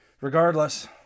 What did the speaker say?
regardless